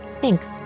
Thanks